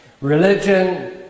Religion